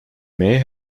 may